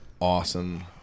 awesome